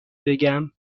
بگم